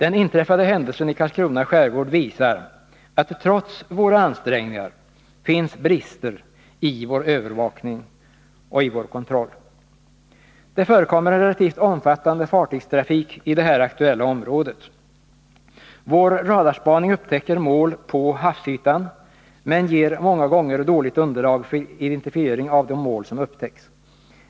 105 Den i Karlskrona skärgård inträffade händelsen visar att det trots våra ansträngningar finns brister i vår övervakning och kontroll. Det förekommer en relativt omfattande fartygstrafik i det här aktuella området. Vår radarspaning upptäcker mål på havsytan, men ger många gånger dåligt underlag för identifiering av de mål som upptäcks.